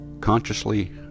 consciously